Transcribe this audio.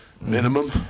Minimum